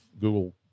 Google